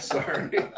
Sorry